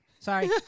Sorry